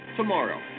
tomorrow